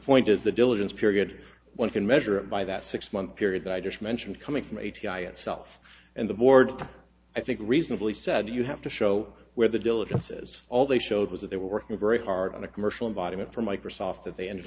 point is the diligence period one can measure it by that six month period that i just mentioned coming from a t i a it self and the board i think reasonably said you have to show where the diligences all they showed was that they were working very hard on a commercial environment for microsoft that they ended